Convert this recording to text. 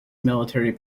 military